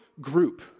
group